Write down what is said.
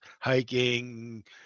Hiking